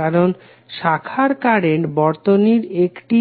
কারণ শাখার কারেন্ট বর্তনীর একটি